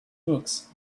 books